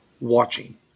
watching